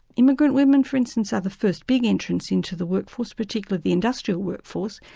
immigrant women, for instance, are the first big entrants into the workforce, particularly the industrial workforce,